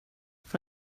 för